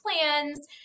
plans